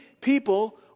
people